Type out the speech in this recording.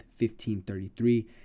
1533